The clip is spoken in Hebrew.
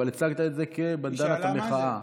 אבל הצגת את זה כבנדנת המחאה,